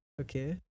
Okay